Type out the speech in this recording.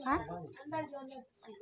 आँय अन्दर जो अन्दर